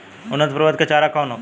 उन्नत प्रभेद के चारा कौन होखे?